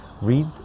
read